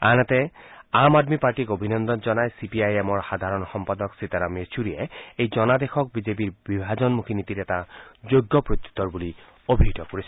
আনহাতে আম আদমী পাৰ্টীক অভিনন্দন জনাই চিপিআইএমৰ সাধাৰণ সম্পাদক সীতাৰাম য়েছুৰীয়ে এই জনাদেশক বিজেপিৰ বিভাজনমুখী নীতিৰ এটা যোগ্য প্ৰত্যুত্তৰ বুলি অভিহিত কৰিছে